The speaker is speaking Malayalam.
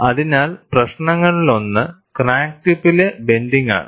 അതിനാൽ പ്രശ്നങ്ങളിലൊന്ന് ക്രാക്ക് ടിപ്പിലെ ബ്ലെൻഡിങ് ആണ്